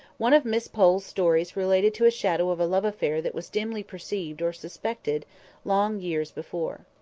one of miss pole's stories related to a shadow of a love affair that was dimly perceived or suspected long years before.